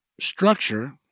structure